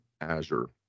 Azure